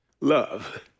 love